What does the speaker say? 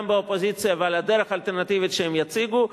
באופוזיציה ועל הדרך האלטרנטיבית שהם יציגו,